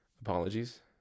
Apologies